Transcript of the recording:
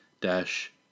dash